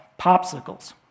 popsicles